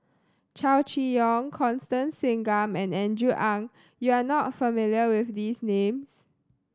Chow Chee Yong Constance Singam and Andrew Ang you are not familiar with these names